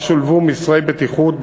שבה שולבו מסרי בטיחות,